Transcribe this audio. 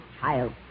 child